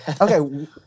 Okay